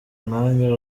mwanya